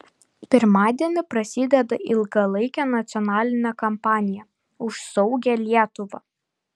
pirmadienį prasideda ilgalaikė nacionalinė kampanija už saugią lietuvą